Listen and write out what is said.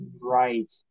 right